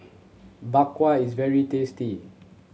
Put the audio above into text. Bak Kwa is very tasty